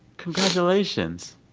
congratulations